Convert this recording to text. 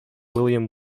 william